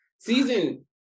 Season